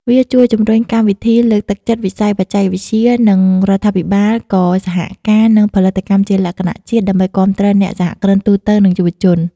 វាជួយជំរុញកម្មវិធីលើកទឹកចិត្តវិស័យបច្ចេកវិទ្យា និង រដ្ឋាភិបាលក៏សហការ និងផលិតកម្មជាលក្ខណៈជាតិដើម្បីគាំទ្រអ្នកសហគ្រិនទូទៅ និងយុវជន។